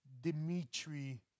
Dimitri